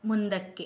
ಮುಂದಕ್ಕೆ